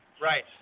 Right